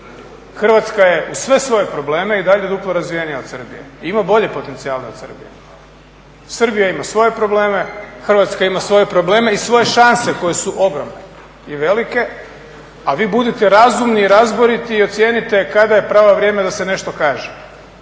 Hrvatska je, uz sve svoje probleme, i dalje duplo razvijenija od Srbije i ima bolje potencijale od Srbije. Srbija ima svoje probleme, Hrvatska ima svoje probleme i svoje šanse koje su ogromne i velike, a vi budite razumni i razboriti i ocijenite kada je pravo vrijeme da se nešto kaže.